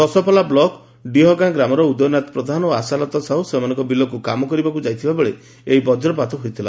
Daspalla block Dihagaon ଗ୍ରାମର ଉଦୟନାଥ ପ୍ରଧାନ ଏବଂ ଆଶାଲତା ସାହୁ ସେମାନଙ୍କ ବିଲକୁ କାମ କରିବାକୁ ଯାଉଥିଲା ବେଳେ ଏହି ବକ୍ରାଘାତ ହୋଇଥିଲା